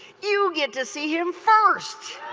you get to see him first.